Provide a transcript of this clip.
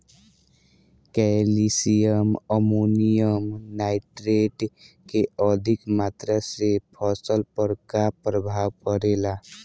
Calcium ammonium nitrate के अधिक मात्रा से फसल पर का प्रभाव परेला?